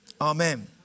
Amen